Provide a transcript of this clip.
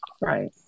Right